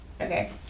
Okay